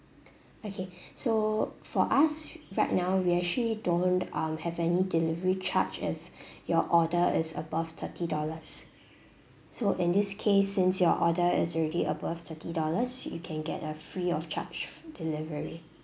okay so for us right now we actually don't um have any delivery charge if your order is above thirty dollars so in this case since your order is already above thirty dollars you can get a free of charge delivery